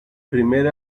primer